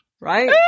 right